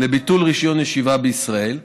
לביטול רישיון ישיבה בישראל,